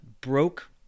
broke